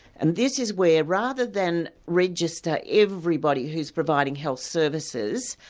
and this is where rather than register everybody who's providing health services,